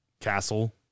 castle